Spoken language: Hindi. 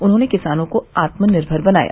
उन्होंने किसानों को आत्मनिर्मर बनाया